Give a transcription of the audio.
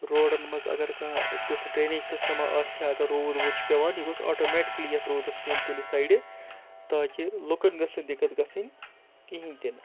روڈَن منٛز اگر کانٛہہ تیُتھ ڈرٛٮ۪نیج سِسٹَمہ آسہِ ہا اگر روٗد ووٗد چھُ پٮ۪وان یہِ گوٚژھ آٹومیٹِکٔلی یَتھ روٗدَس نیُن کُنہِ سایڈٕ تاکہِ لُکَن گٔژھ نہٕ دقت گژھٕنۍ کِہیٖنۍ تہِ نہٕ